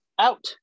Out